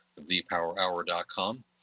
thepowerhour.com